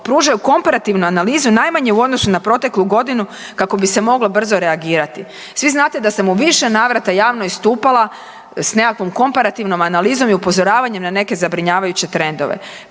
pružaju komparativnu analizu najmanje u odnosu na proteklu godinu kako bi se moglo brzo reagirati. Svi znate da sam u više navrata javno istupala s nekakvom komparativnom analizom i upozoravanje na neke zabrinjavajuće trendove.